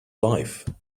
life